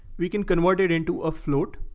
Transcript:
we can convert it into a float.